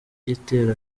igitero